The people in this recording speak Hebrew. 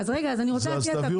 אני רוצה להציע את הפתרון.